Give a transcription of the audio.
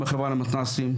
עם החברה למתנ"סים,